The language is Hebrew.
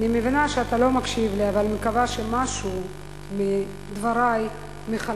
אני מבינה שאתה לא מקשיב לי אבל אני מקווה שמשהו מדברי מחלחל.